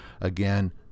again